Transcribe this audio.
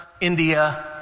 India